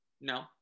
No